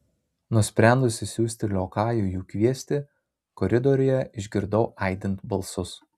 nusprendusi siųsti liokajų jų kviesti koridoriuje išgirdau aidint balsus